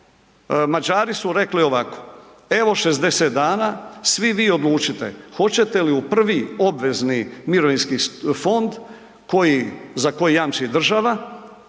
Mađari su rekli ovako, evo 60 dana, svi vi odlučite, hoćete li u I. obvezni mirovinski fond, za koji jamči država